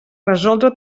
resoldre